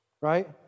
Right